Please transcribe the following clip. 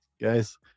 Guys